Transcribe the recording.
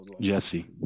Jesse